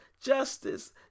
justice